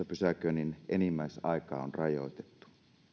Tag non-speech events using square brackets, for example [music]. [unintelligible] pysäköinnin enimmäisaikaa on rajoitettu